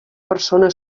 persona